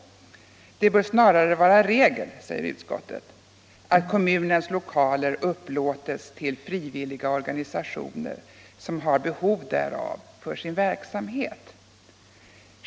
Det bör snarare vara regel utt kommunens lokaler upplåtes till frivilliga organisationer, som har behov därav för sin verksamhet.